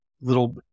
little